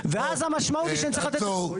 ואז המשמעות היא שאני צריך לתת --- עצור.